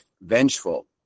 vengeful